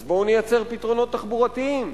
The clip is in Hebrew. אז בואו נייצר פתרונות תחבורתיים.